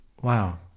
Wow